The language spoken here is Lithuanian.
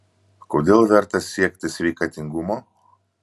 kodėl verta siekti sveikatingumo